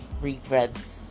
regrets